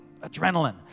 adrenaline